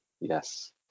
Yes